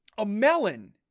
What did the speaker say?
a melon,